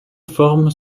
formes